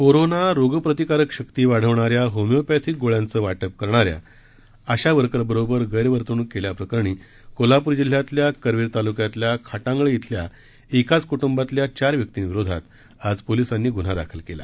corona रोगप्रतिकारक शक्ती वाढवणाऱ्या होमिओपॅथिक गोळ्यांचे वाटप करणाऱ्या आशा वर्करबरोबर गैरवर्तणूक केल्याप्रकरणी कोल्हापूर जिल्हयातल्या करवीर तालूक्यातल्या खाटांगळे शिल्या एकाच कुटुंबातल्या चार व्यक्तीविरोधात आज पोलिसांनी गुन्हा दाखल केला